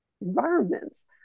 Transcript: environments